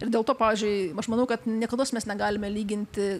ir dėl to pavyzdžiui aš manau kad niekados mes negalime lyginti